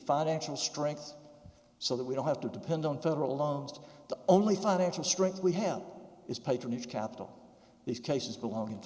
financial strength so that we don't have to depend on federal loans to only financial strength we have is patronage capital these cases belong